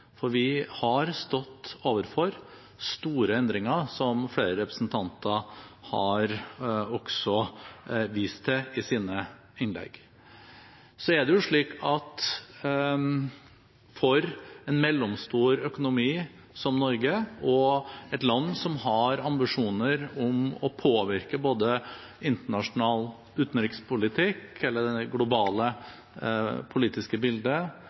veivalg. Vi har stått overfor store endringer, noe flere representanter også har vist til i sine innlegg. En mellomstor økonomi som Norge og et land som har ambisjoner om å påvirke både internasjonal utenrikspolitikk og hele det globale politiske bildet,